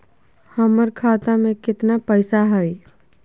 हमर खाता मे केतना पैसा हई?